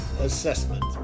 Assessment